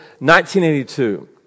1982